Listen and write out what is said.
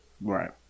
Right